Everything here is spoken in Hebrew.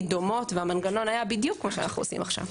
דומות והמנגנון היה בדיוק מה שאנחנו עושים עכשיו.